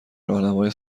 راهنمای